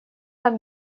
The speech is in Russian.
так